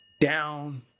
down